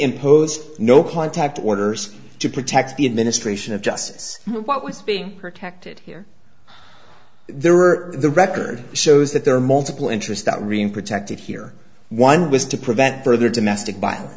impose no contact orders to protect the administration of justice what was being protected here there are the record shows that there are multiple interests that remain protected here one was to prevent further domestic violence